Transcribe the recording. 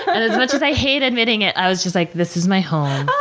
and as much as i hate admitting it, i was just like, this is my home. ah